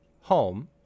home